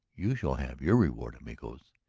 you shall have your reward, amigos.